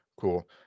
cool